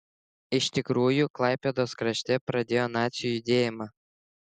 iš tikrųjų klaipėdos krašte pradėjo nacių judėjimą